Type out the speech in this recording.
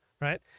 right